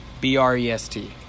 B-R-E-S-T